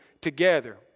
together